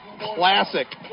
classic